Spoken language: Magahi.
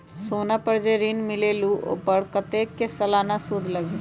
सोना पर जे ऋन मिलेलु ओपर कतेक के सालाना सुद लगेल?